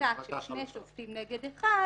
ההחלטה של שני שופטים נגד אחד,